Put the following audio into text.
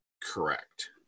correct